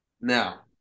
Now